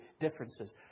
differences